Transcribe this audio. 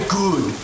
good